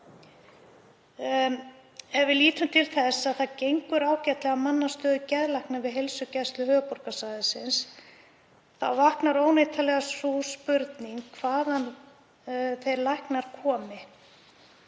Ef við lítum til þess að það gengur ágætlega að manna stöðu geðlækna við Heilsugæslu höfuðborgarsvæðisins þá vaknar óneitanlega sú spurning hvaðan þeir læknar koma.